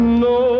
no